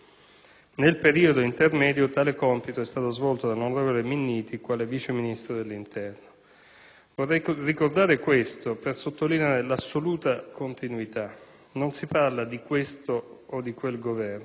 Nel periodo intermedio, tale compito è stato svolto dall'onorevole Minniti, quale vice ministro dell'interno. Voglio ricordare questo per sottolineare l'assoluta continuità: non si parla di questo o di quel Governo,